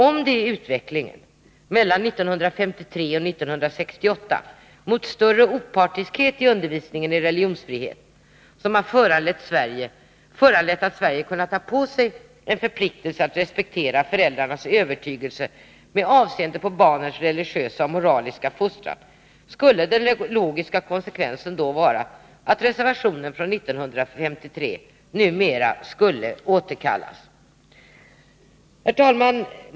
Om det är utvecklingen mellan 1953 och 1968 mot större opartiskhet i undervisningen i religionskunskap som har föranlett att Sverige kunnat ta på sig en förpliktelse att respektera föräldrarnas övertygelse med avseende på barnens religiösa och moraliska fostran, skulle den logiska konsekvensen också vara att reservationen från 1953 numera skulle återkallas. Herr talman!